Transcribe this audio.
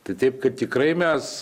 tai taip kaip tikrai mes